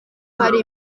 hari